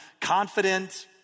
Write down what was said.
confident